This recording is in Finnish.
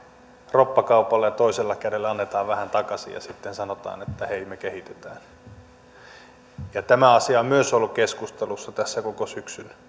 roppakaupalla ja toisella kädellä annetaan vähän takaisin ja sitten sanotaan että hei me kehitetään tämä asia on myös ollut keskustelussa tässä koko syksyn